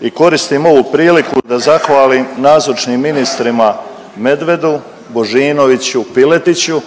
i koristim ovu priliku da zahvalim nazočnim ministrima Medvedu, Božinoviću, Piletiću